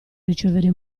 ricevere